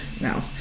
No